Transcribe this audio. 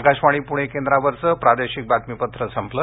आकाशवाणी पुणे केंद्रावरचं प्रादेशिक बातमीपत्र संपलं